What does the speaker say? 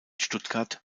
stuttgart